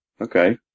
okay